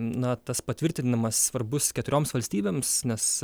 na tas patvirtinimas svarbus keturioms valstybėms nes